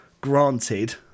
granted